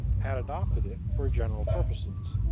had adopted it for general purposes,